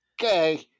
Okay